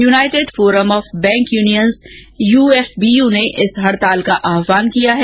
United forum of bank unions UFBU ने इस हडताल का आहवान किया है